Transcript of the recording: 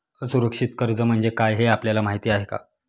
असुरक्षित कर्ज म्हणजे काय हे आपल्याला माहिती आहे का?